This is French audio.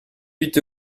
huit